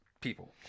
people